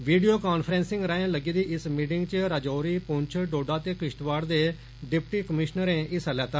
video conferencing राएं लग्गी दी इक मीटिंग च राजौरी प्रंछ डोडा ते किश्तवाड़ दे डिप्टी कमीशनरें हिस्सा लैता